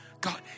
God